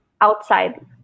outside